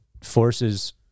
forces